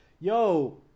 Yo